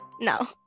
No